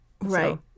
right